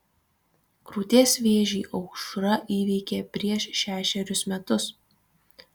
krūties vėžį aušra įveikė prieš šešerius metus